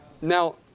Now